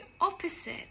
opposite